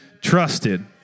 trusted